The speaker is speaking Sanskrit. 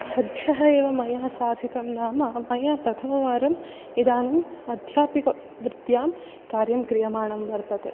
सद्यः एव मया साधितं नाम मया प्रथमवारम् इदानीम् अध्यापिकावृत्यां कार्यं क्रियमाणं वर्तते